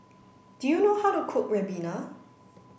do you know how to cook ribena